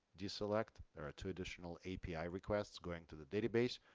deselect. there are two additional api requests going to the database.